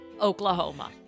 Oklahoma